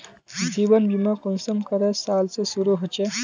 जीवन बीमा कुंसम करे साल से शुरू होचए?